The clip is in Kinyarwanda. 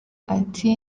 ati